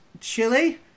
Chili